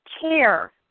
care